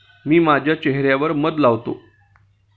मी माझ्या चेह यावर मध लावते